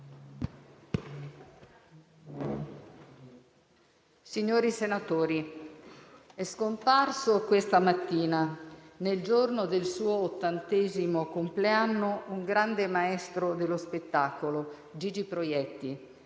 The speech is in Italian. Signori senatori, è scomparso questa mattina, nel giorno del suo ottantesimo compleanno, un grande maestro dello spettacolo: Gigi Proietti.